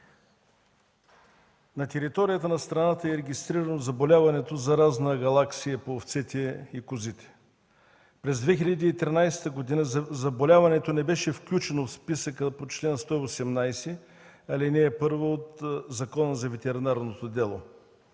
на територията на страната е регистрирано заболяването „Заразна агалаксия” по овците и козите. През 2013 г. заболяването не беше включено в списъка по чл. 118, ал. 1 от Закона за ветеринарното дело.